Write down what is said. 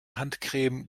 handcreme